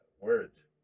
words